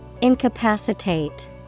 Incapacitate